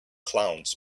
clowns